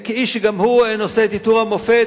כאיש שגם הוא נושא את עיטור המופת,